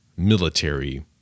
military